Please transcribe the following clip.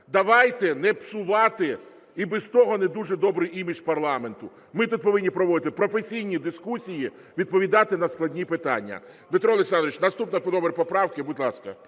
давайте не псувати і без того не дуже добрий імідж парламенту. Ми тут повинні проводити професійні дискусії, відповідати на складні питання. Дмитро Олександрович, наступний номер поправки, будь ласка.